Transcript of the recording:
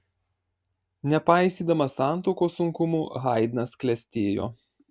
nepaisydamas santuokos sunkumų haidnas klestėjo